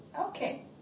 Okay